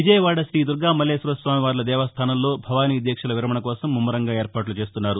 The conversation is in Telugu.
విజయవాడ రీ దుర్గామల్లేశ్వరస్వామి వార్ల దేవస్థానంలో భవానీ దీక్షల విరమణ కోసం ముమ్మరంగా ఏర్పాట్లు చేస్తున్నారు